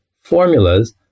formulas